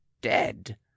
dead